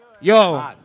Yo